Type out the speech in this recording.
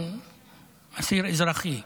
הוא אסיר אזרחי.